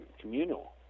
communal